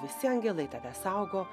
visi angelai tave saugo